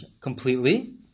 completely